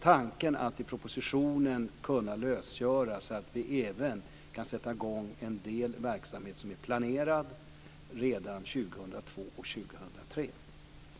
Tanken är att i propositionen kunna lösgöra resurser så att vi även kan sätta i gång en del verksamhet som är planerad redan 2002 och 2003.